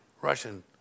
Russian